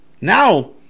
Now